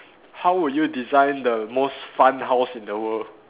how would you design the most fun house in the world